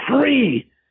free